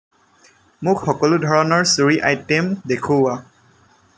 মোক সকলো ধৰণৰ চুৰি আইটেম দেখুওৱা